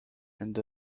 and